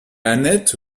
annette